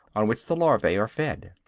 on which the larvae are fed.